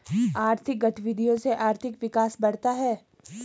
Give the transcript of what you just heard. आर्थिक गतविधियों से आर्थिक विकास बढ़ता है